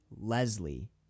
Leslie